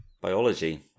biology